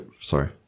Sorry